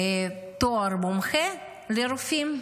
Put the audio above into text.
תואר מומחה לרופאים.